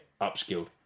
upskilled